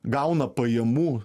gauna pajamų